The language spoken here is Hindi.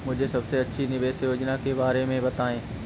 मुझे सबसे अच्छी निवेश योजना के बारे में बताएँ?